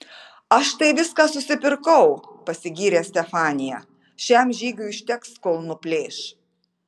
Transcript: aš tai viską susipirkau pasigyrė stefanija šiam žygiui užteks kol nuplėš